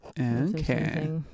Okay